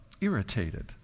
irritated